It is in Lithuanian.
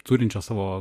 turinčio savo